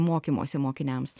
mokymosi mokiniams